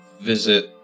Visit